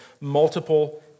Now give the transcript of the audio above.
multiple